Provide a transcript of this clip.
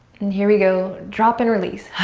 and here we go. drop and release.